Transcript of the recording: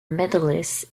medalists